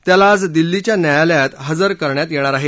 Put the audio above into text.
त्याला आज दिल्लीच्या न्यायालयात हजर करण्यात येणार आहे